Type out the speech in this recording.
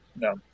no